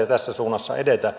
ja tässä suunnassa edetä